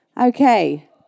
Okay